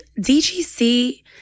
DGC